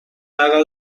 اقل